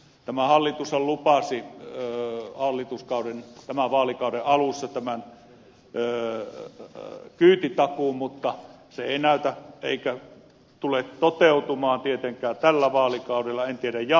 tämä hallitushan lupasi tämän vaalikauden alussa kyytitakuun mutta se ei tule toteutumaan tietenkään tällä vaalikaudella en tiedä jatkosta